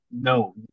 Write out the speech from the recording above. no